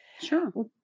Sure